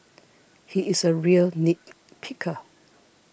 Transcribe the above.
he is a real nit picker